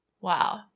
Wow